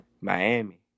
Miami